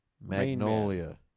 Magnolia